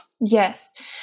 Yes